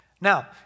Now